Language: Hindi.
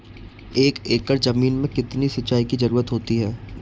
एक एकड़ ज़मीन में कितनी सिंचाई की ज़रुरत होती है?